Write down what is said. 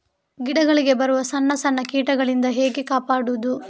ಗಿಡಗಳಿಗೆ ಬರುವ ಸಣ್ಣ ಸಣ್ಣ ಕೀಟಗಳಿಂದ ಹೇಗೆ ಕಾಪಾಡುವುದು?